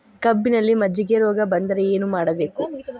ಕಬ್ಬಿನಲ್ಲಿ ಮಜ್ಜಿಗೆ ರೋಗ ಬಂದರೆ ಏನು ಮಾಡಬೇಕು?